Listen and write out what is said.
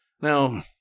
now